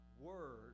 word